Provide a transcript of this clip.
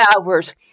hours